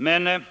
Men